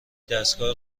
دستگاه